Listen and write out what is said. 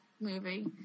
movie